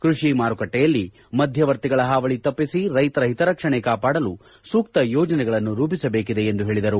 ಕೃಷಿ ಮಾರುಕಟ್ಟೆಯಲ್ಲಿ ಮಧ್ಯವರ್ತಿಗಳ ಹಾವಳಿ ತಪ್ಪಿಸಿ ರೈತರ ಹಿತರಕ್ಷಣೆ ಕಾಪಾಡಲು ಸೂಕ್ತ ಯೋಜನೆಗಳನ್ನು ರೂಪಿಸಬೇಕಿದೆ ಎಂದು ಹೇಳಿದರು